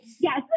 Yes